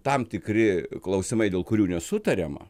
tam tikri klausimai dėl kurių nesutariama